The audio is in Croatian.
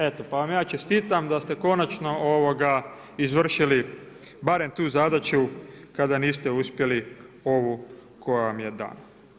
Eto, pa vam ja čestitam, da ste konačno izvršili barem tu zadaću kada niste uspjeli ovu koja vam je dana.